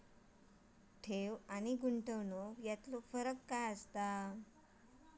ठेव आनी गुंतवणूक यातलो फरक काय हा?